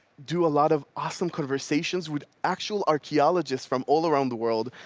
do a lot of awesome conversations with actual archaeologists from all around the world.